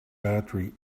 battery